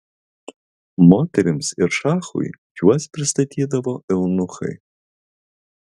moterims ir šachui juos pristatydavo eunuchai